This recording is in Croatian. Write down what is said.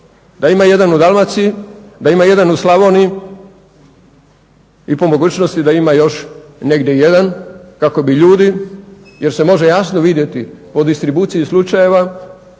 Da ima jedan u Dalmaciji, da ima jedan u Slavoniji i po mogućnosti da ima još negdje jedan kako bi ljudi, jer se može jasno vidjeti po distribuciji slučajeva